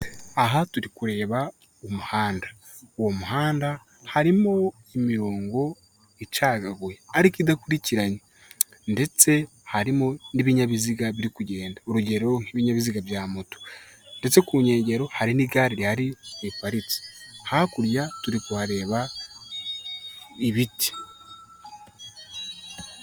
Aha turi kureba umuhanda, uwo muhanda harimo imirongo icagaguye ariko idakurikiranye ndetse harimo n'ibinyabiziga biri kugenda. Urugero nk'ibinyabiziga bya moto ndetse ku nkegero hari n'igare rihari riparitse, hakurya turi kuhareba ibiti.